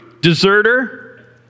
deserter